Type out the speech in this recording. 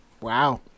Wow